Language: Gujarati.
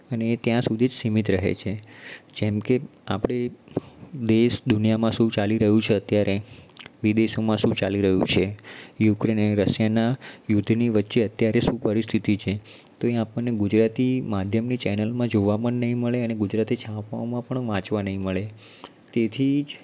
અને એ ત્યાં સુધી જ સીમિત રહે છે જેમ કે આપણી દેશ દુનિયામાં શું ચાલી રહ્યું છે અત્યારે વિદેશોમાં શું ચાલી રહ્યું છે યુક્રને અને રશિયાના યુદ્ધની વચ્ચે અત્યારે શું પરિસ્થિતિ છે તો એ આપણને ગુજરાતી માધ્યમની ચૅનલમાં જોવા પણ નહીં મળે અને ગુજરાતી છાપાઓમાં વાંચવા નહીં મળે તેથી જ